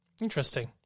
Interesting